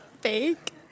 Fake